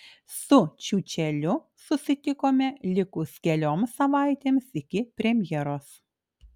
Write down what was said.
su čiučeliu susitikome likus kelioms savaitėms iki premjeros